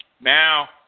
now